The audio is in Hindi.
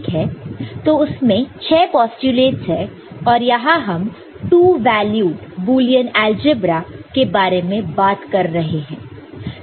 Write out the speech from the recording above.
तो उसमें 6 पोस्टयूलेटस है और यहां हम 2 वैल्यूड बुलियन अलजेब्रा के बारे में बात कर रहे हैं